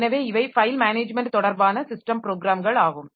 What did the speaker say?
எனவே இவை file management தொடர்பான ஸிஸ்டம் ப்ரோக்ராம்கள் ஆகும்